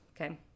okay